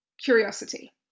curiosity